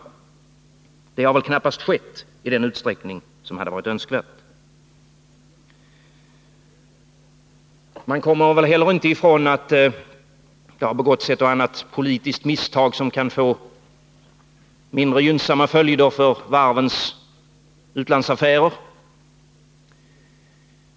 Men det har knappast skett i den utsträckning som hade varit önskvärd. Man kommer heller inte ifrån att det har begåtts ett och annat politiskt misstag som kan få mindre gynnsamma följder för varvens utlandsaffärer.